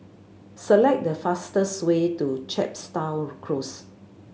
select the fastest way to Chepstow Close